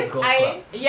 golf club